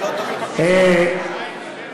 שלא תבין לא נכון.